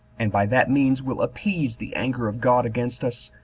and by that means will appease the anger of god against us,